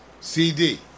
CD